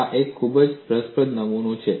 આ એક ખૂબ જ રસપ્રદ નમૂનો છે